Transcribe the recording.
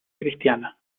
cristiana